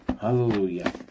Hallelujah